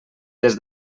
des